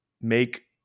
make